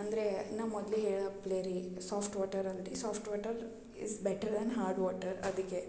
ಅಂದರೆ ನಾ ಮೊದಲೇ ಹೇಳಪ್ಲೆ ರೀ ಸಾಫ್ಟ್ ವಾಟರಾಗಲಿ soft water is better than hard water ಅದಕ್ಕೆ